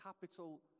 capital